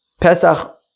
Pesach